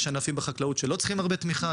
יש ענפים בחקלאות שלא צריכים הרבה תמיכה,